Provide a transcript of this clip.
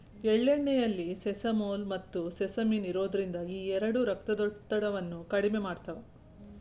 ಎಳ್ಳೆಣ್ಣೆಯಲ್ಲಿ ಸೆಸಮೋಲ್, ಮತ್ತುಸೆಸಮಿನ್ ಇರೋದ್ರಿಂದ ಈ ಎರಡು ರಕ್ತದೊತ್ತಡವನ್ನ ಕಡಿಮೆ ಮಾಡ್ತಾವ